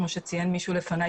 כמו שציין מישהו לפניי,